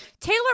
Taylor